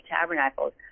Tabernacles